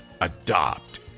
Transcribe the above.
adopt